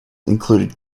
included